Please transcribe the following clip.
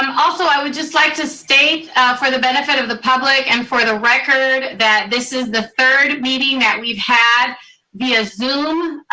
um also, i would just like to state for the benefit of the public and for the record that this is the third meeting that we've had via zoom.